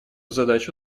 задачу